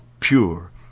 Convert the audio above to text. pure